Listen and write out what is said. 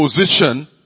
position